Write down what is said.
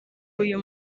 uyu